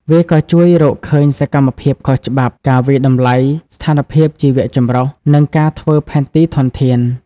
វាក៏ជួយរកឃើញសកម្មភាពខុសច្បាប់ ការវាយតម្លៃស្ថានភាពជីវៈចម្រុះ និងការធ្វើផែនទីធនធាន។